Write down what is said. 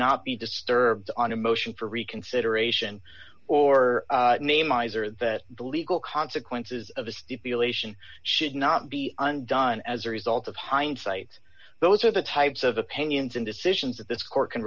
not be disturbed on a motion for reconsideration or name eyes or that the legal consequences of a stipulation should not be undone as a result of hindsight those are the types of opinions and decisions that this court can